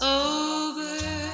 over